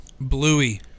Bluey